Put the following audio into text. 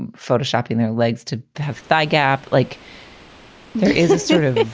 and photoshop in their legs to have thigh gap like there is a sort of